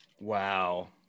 wow